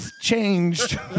changed